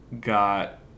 got